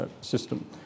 system